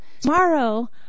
Tomorrow